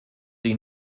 die